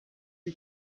are